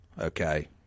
okay